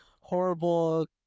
horrible